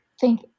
Thank